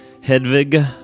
Hedvig